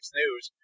news